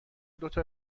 دوتا